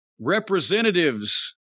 representatives